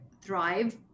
thrive